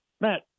Matt